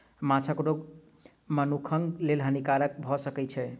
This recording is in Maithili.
माँछक रोग मनुखक लेल हानिकारक भअ सकै छै